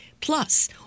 Plus